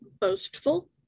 boastful